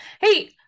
Hey